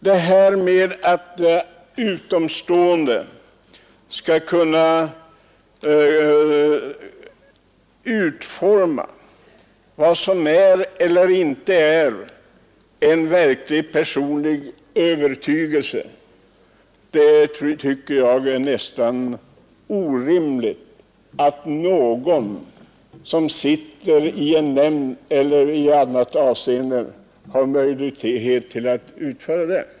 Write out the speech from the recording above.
Jag finner det orimligt att någon som sitter i en nämnd och är utomstående skall kunna avgöra vad som är eller inte är en verklig personlig övertygelse.